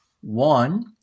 One